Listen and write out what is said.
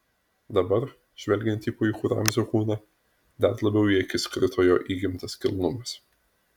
dabar žvelgiant į puikų ramzio kūną dar labiau į akis krito jo įgimtas kilnumas